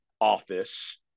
office